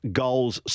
goals